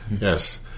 yes